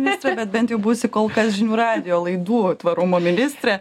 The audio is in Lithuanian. ministre bet bent jau būsi kol kas žinių radijo laidų tvarumo ministre